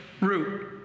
root